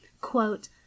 quote